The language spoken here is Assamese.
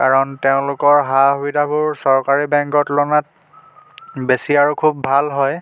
কাৰণ তেওঁলোকৰ সা সুবিধাবোৰ চৰকাৰী বেংকৰ তুলনাত বেছি আৰু খুব ভাল হয়